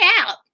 out